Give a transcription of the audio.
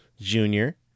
Junior